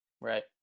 right